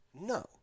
No